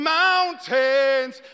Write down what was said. mountains